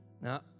Now